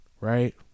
Right